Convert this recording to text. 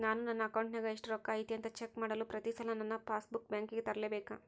ನಾನು ನನ್ನ ಅಕೌಂಟಿನಾಗ ಎಷ್ಟು ರೊಕ್ಕ ಐತಿ ಅಂತಾ ಚೆಕ್ ಮಾಡಲು ಪ್ರತಿ ಸಲ ನನ್ನ ಪಾಸ್ ಬುಕ್ ಬ್ಯಾಂಕಿಗೆ ತರಲೆಬೇಕಾ?